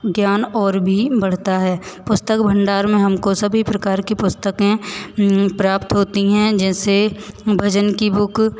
ज्ञान और भी बढ़ता है पुस्तक भंडार में हमको सभी प्रकार की पुस्तकें प्राप्त होती हैं जैसे भजन की बुक